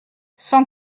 cent